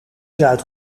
zuid